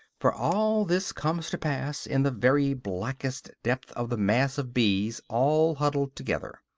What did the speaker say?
for all this comes to pass in the very blackest depth of the mass of bees all huddled together.